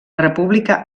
república